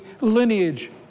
lineage